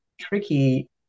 tricky